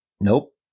Nope